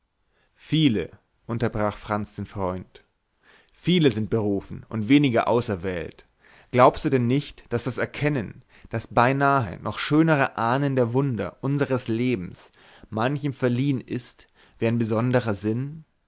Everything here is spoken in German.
viele unterbrach franz den freund viele sind berufen und wenige auserwählt glaubst du denn nicht daß das erkennen das beinahe noch schönere ahnen der wunder unseres lebens manchem verliehen ist wie ein besonderer sinn